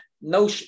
no